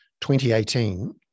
2018